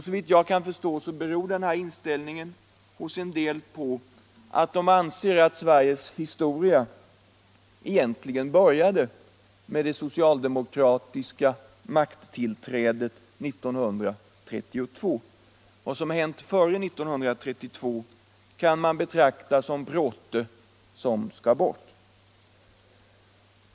Såvitt jag kan förstå beror denna inställning hos en del på att de anser att Sveriges historia egentligen började med det socialdemokratiska makttillträdet 1932. Vad som hänt före 1932 kan man betrakta som bråte som skall bort.